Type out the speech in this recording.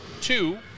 Two